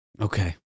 Okay